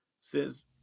says